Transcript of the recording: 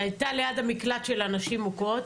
שהיתה ליד המקלט של הנשים מוכות,